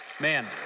Man